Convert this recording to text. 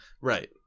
Right